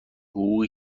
حقوقی